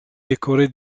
décoré